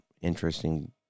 interesting